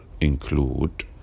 include